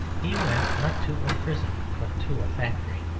he went not to a prison but to a factory.